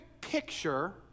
picture